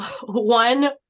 one